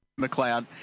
McLeod